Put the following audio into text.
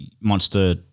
monster